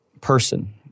person